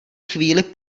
chvíli